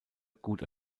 gut